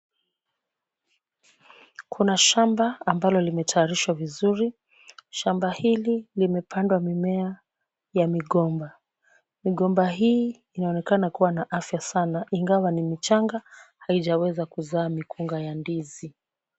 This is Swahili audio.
Kuna shamba ambalo limetayarishwa vizuri. Shamba hili limepandwa mimea ya migomba. Migomba hii inaonekana kuwa na afya sana ingawa ni michanga haijaweza kuzaa mikunga ya ndizi.